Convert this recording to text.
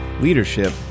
leadership